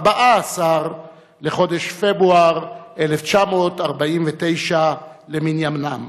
14 בחודש פברואר 1949 למניינם.